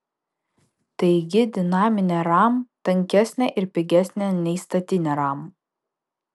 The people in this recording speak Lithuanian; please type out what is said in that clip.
taigi dinaminė ram tankesnė ir pigesnė nei statinė ram